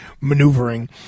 maneuvering